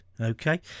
okay